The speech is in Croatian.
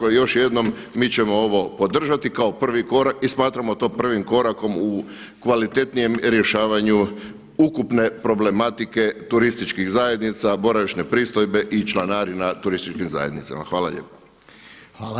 Dakle još jednom mi ćemo ovo podržati kao prvi korak i smatramo to prvim korakom u kvalitetnijem rješavanju ukupne problematike turističkih zajednica, boravišne pristojbe i članarina turističkim zajednicama.